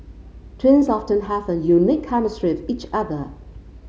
twins often have a unique chemistry with each other